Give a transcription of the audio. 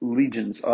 legions